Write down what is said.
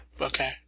Okay